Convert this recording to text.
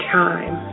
time